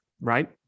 right